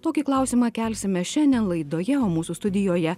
tokį klausimą kelsime šiandien laidoje o mūsų studijoje